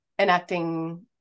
enacting